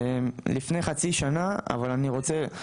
לפני חצי שנה, אבל אני רוצה,